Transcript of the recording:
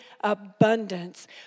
abundance